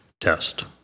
test